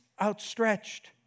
outstretched